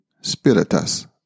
spiritus